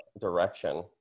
direction